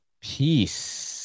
peace